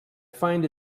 find